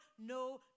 No